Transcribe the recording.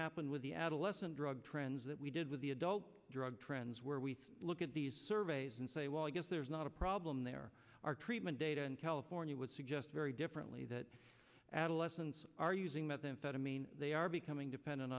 happen with the adolescent drug trends that we did with the adult drug trends where we look at these surveys and say well i guess there's not a problem there are treatment data in california would suggest very differently that adolescents are using methamphetamine they are becoming dependent